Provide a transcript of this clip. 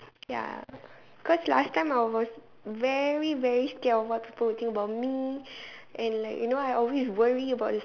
ya cause last time I was very very scared about what people would think about me and like you know I always worry about the